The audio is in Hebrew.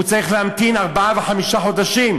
צריך להמתין ארבעה וחמישה חודשים,